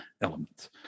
elements